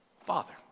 father